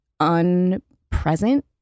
unpresent